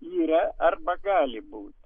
yra arba gali būt